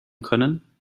können